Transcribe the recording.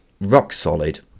rock-solid